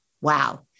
wow